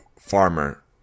Farmer